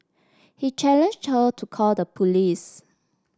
he challenged her to call the police